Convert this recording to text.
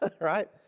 right